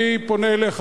אני פונה אליך,